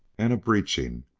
and a breeching,